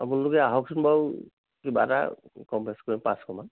আপোনালোকে আহকচোন বাৰু কিবা এটা কম বেছ কৰিম পাঁচশ মান